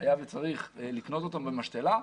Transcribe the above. היה וצריך לקנות אותם במשתלה.